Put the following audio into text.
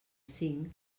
cinc